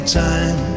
time